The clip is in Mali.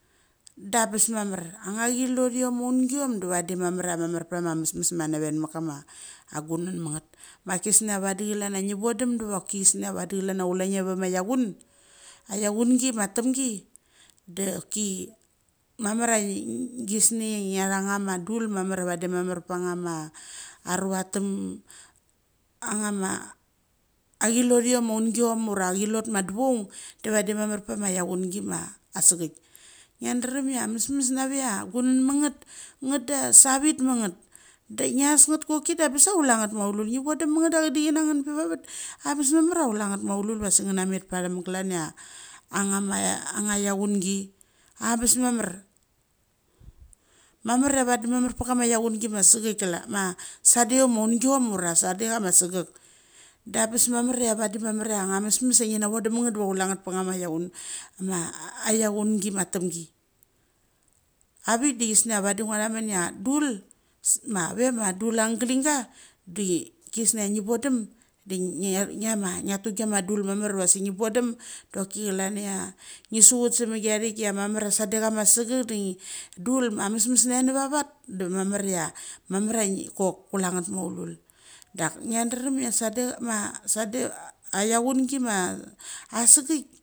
Da bes mamar anga chilothiom ma aunguiom da vadi mamar ia mamar pthama mesmes nave mut kama agunan ma ngat ma gisnia vadi klan ia ngi vodum deva choki kisnia vadi klan ia ngi vama lauchun, iachungi ma tamgi da ki mamar a va di mamar panga ma aruatham angama achilothom. Ura achilot ma duchoung da vadi mamar pama laungi ma asagik, ngiadram ia mesmes nave ia gunamangth ngeth de sa vit ma ngeth. De ngasnget choki da bes a kule nget maulul ngi vodum manget da acha dicinangn be va vat. Abas mamar a kule ngeth maulul va sik ngn na met pathm glan ia angama chaungi. Abes mamar mamar ia vadi mamar pakama laungi ma segik klan ma sudeiom maungiom ura sude cha ma segek. Da bes mamar ia vadi mamar ia nga mesmes ia ngi na vodum maneth dava kul eat pa chama chaun ma chaungi matamgi. Avik dee kisnia vadi nguath a mun ia dul ma va ma dul angling a de kisnia ngi bodem de ngiat nghma ngiatu gima dul mamar va sik ngi vodem doki klan ia ngi suchut semigathic ia mamar. Sadechama segek de dul ma mesmes nae navavet de mamar ia mamar ia ngi chok kulength maulul dak ngi drum ia sadech ma a chaungi ma asegik.